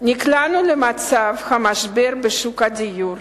נקלענו למשבר בשוק הדיור,